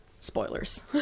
spoilers